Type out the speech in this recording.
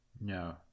No